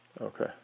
Okay